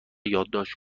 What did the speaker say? یادداشت